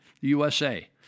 USA